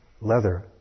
leather